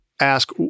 ask